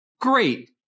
Great